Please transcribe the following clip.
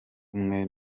umwe